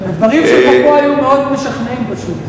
הדברים שלך פה היו מאוד משכנעים פשוט.